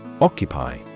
Occupy